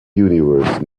universe